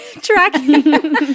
tracking